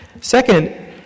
Second